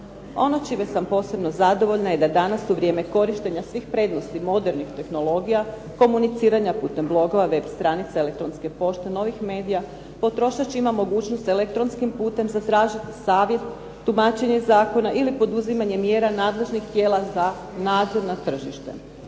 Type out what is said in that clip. Ono čime sam posebno zadovoljna je da danas u vrijeme korištenja svih prednosti modernih tehnologija, komuniciranja puten blogova, web stranica, elektronske pošte, novih medija, potrošač ima mogućnost elektronskim putem zatražiti savjet, tumačenje zakona ili poduzimanje mjera nadležnih tijela za nadzor na tržište.